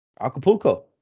Acapulco